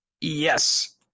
Yes